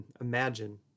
imagine